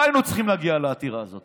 לא היינו צריכים להגיע לעתירה הזו.